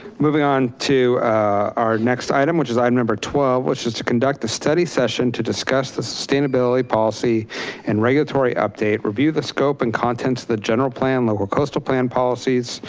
moving on to our next item which is item number twelve, which is to conduct a study session to discuss the sustainability policy and regulatory update, review the scope and contents the general plan local coastal plan policies,